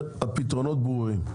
הפתרונות ברורים,